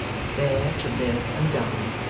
but there to live and die,